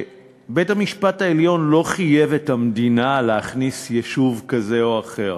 בית-המשפט העליון לא חייב את המדינה להכניס יישוב כזה או אחר,